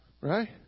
Right